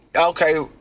Okay